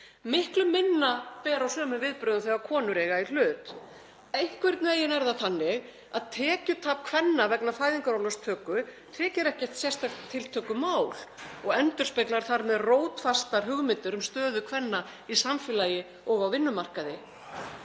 Miklu minna ber á sömu viðbrögðum þegar konur eiga í hlut. Einhvern veginn er það þannig að tekjutap kvenna vegna fæðingarorlofstöku þykir ekkert sérstakt tiltökumál og endurspeglar þar með rótfastar hugmyndir um stöðu kvenna í samfélagi og á vinnumarkaði.